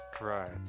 Right